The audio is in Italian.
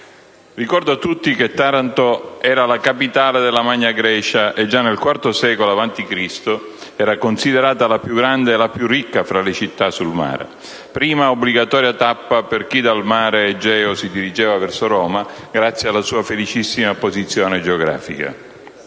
ricordo a tutti che Taranto era la capitale della Magna Grecia e già nel IV secolo a.C. era considerata la più grande e la più ricca fra le città sul mare, prima obbligatoria tappa per chi dal mare Egeo si dirigeva verso Roma grazie alla sua felicissima posizione geografica.